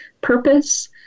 purpose